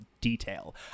detail